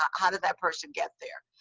how did that person get there?